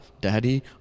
Daddy